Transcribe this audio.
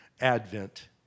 advent